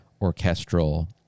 orchestral